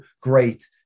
great